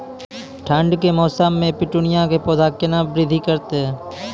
ठंड के मौसम मे पिटूनिया के पौधा केना बृद्धि करतै?